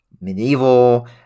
Medieval